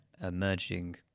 emerging